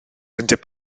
undeb